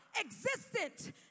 existent